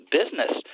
business